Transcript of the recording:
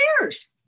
years